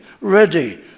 ready